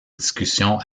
discussions